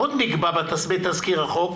עוד נקבע בתזכיר החוק,